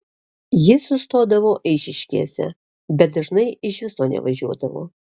jis sustodavo eišiškėse bet dažnai iš viso nevažiuodavo